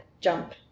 jump